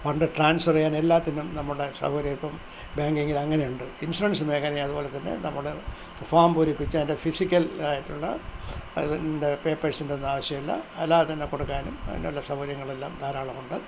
fund transfer ചെയ്യാൻ എല്ലാത്തിനും നമ്മുടെ സൗകര്യം ഇപ്പം ബാങ്കിംഗിൽ അങ്ങനെ ഉണ്ട് ഇൻഷുറൻസ് മേഖല അതുപോലെ തന്നെ നമ്മൾ ഫോം പൂരിപ്പിച്ച് അതിൻ്റെ ഫിസിക്കലായിട്ടുള്ള അതിൻ്റെ പേയ്പേഴ്സിൻ്റെയൊന്നും ആവിശ്യമില്ല അല്ലാതെ തന്നെ കൊടുക്കാനും അതിനുള്ള സൗകര്യങ്ങളെല്ലാം ധാരാളമുണ്ട്